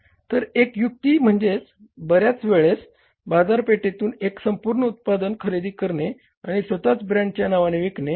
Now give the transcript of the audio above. तर एक युक्ती म्हणजे बर्याच वेळा बाजारपेठेतून एक संपूर्ण उत्पादन खरेदी करणे आणि स्वतःच्या ब्रँडच्या नावाने विकणे